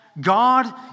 God